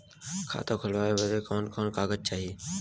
खाता खोलवावे बादे कवन कवन कागज चाही?